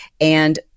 And-